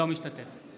אינו משתתף בהצבעה